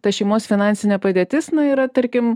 ta šeimos finansinė padėtis na yra tarkim